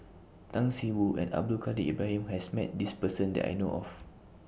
Tan See Boo and Abdul Kadir Ibrahim has Met This Person that I know of